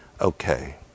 okay